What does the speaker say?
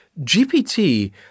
GPT